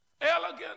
elegant